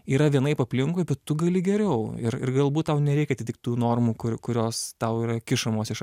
yra vienaip aplinkui bet tu gali geriau ir ir galbūt tau nereikia atitikt tų normų kur kurios tau yra kišamos iš